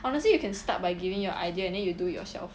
honestly you can start by giving your idea and then you do it yourself